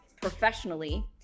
professionally